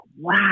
wow